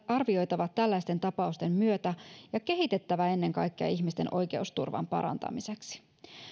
arvioitava tällaisten tapausten myötä ja kehitettävä ennen kaikkea ihmisten oikeusturvan parantamiseksi